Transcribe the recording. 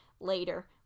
later